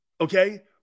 Okay